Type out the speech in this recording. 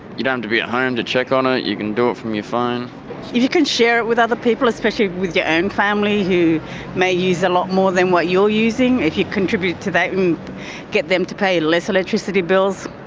you don't have um to be at home to check on ah it, you can do it from your phone. if you can share it with other people, especially with your own family who may use a lot more than what you are using, if you contributed to that and get them to pay less electricity bills,